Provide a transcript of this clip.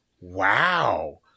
wow